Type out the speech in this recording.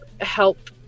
help